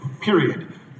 period